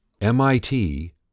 MIT